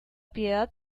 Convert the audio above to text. piedad